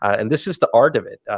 and this is the art of it,